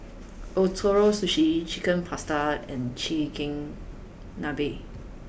Ootoro Sushi Chicken Pasta and Chigenabe